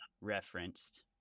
referenced